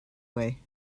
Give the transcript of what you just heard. away